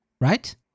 Right